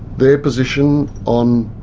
their position on